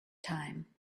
time